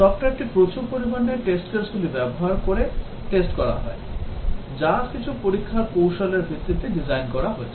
সফ্টওয়্যারটি প্রচুর পরিমাণে test case গুলি ব্যবহার করে test করা হয় যা কিছু পরীক্ষার কৌশলের ভিত্তিতে ডিজাইন করা হয়েছে